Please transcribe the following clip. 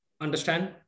understand